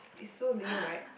it's so lame right